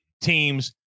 teams